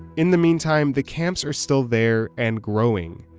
in the meantime, the camps are still there and growing.